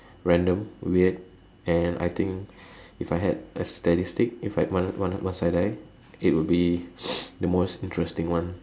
random weird and I think if I had a statistic if I had one one must I die it would be the most interesting one